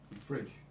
fridge